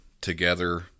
together